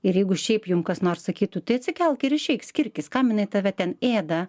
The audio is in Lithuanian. ir jeigu šiaip jums kas nors sakytų tai atsikelk ir išeik skirkis kam jinai tave ten ėda